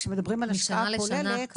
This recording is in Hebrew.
כשמדברים על השפעה כוללת --- משנה לשנה,